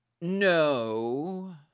No